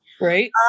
Right